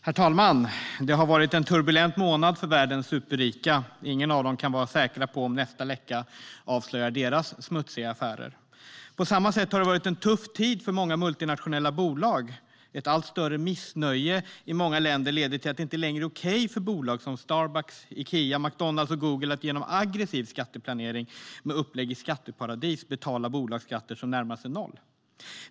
Herr talman! Det har varit en turbulent månad för världens superrika. Ingen av dem kan vara säker på om nästa läcka avslöjar deras smutsiga affärer eller inte. På samma sätt har det varit en tuff tid för många multinationella bolag. Ett allt större missnöje i många länder leder till att det inte längre är okej för bolag som Starbucks, Ikea, McDonalds och Google att genom aggressiv skatteplanering med upplägg i skatteparadis betala bolagsskatter som närmar sig noll.